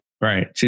Right